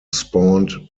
spawned